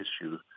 issue